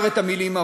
האלה?